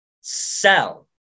sell